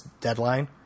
deadline